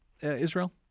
Israel